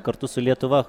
kartu su lietuva